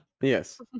Yes